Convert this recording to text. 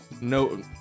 No